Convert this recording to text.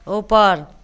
ऊपर